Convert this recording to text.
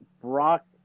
Brock